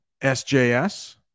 SJS